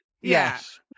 Yes